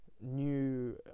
new